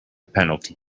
penalty